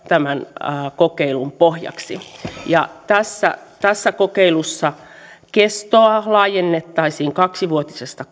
tämän kokeilun pohjaksi tässä tässä kokeilussa kestoa laajennettaisiin kaksivuotisesta